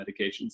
medications